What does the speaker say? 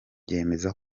yemeza